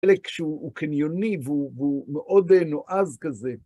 אלא כשהוא קניוני והוא מאוד נועז כזה.